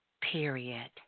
period